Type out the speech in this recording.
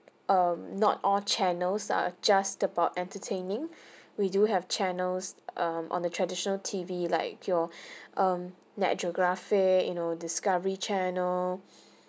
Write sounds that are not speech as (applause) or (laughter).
um not all channels are just about entertaining (breath) we do have channels um on the traditional T_V like your (breath) um net geographic you know discovery channel